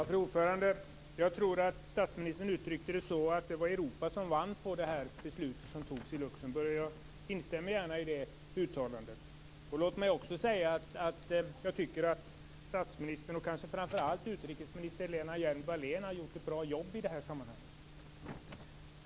Fru talman! Jag tror att statsministern uttryckte sig på ett sådant sätt att det var Europa som vann på det beslut som fattades i Luxemburg, och jag instämmer gärna i det uttalandet. Låt mig också säga att jag tycker att statsministern, och kanske framför allt utrikesminister Lena Hjelm-Wallén, har gjort ett bra jobb i detta sammanhang.